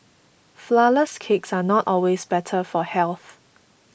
Flourless Cakes are not always better for health